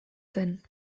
zen